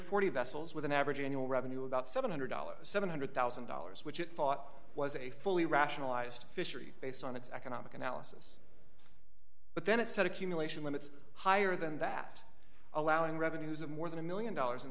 dollars vessels with an average annual revenue about seven hundred dollars seven hundred thousand dollars which it thought was a fully rationalized fishery based on its economic analysis but then it said accumulation and it's higher than that allowing revenues of more than a one million dollars in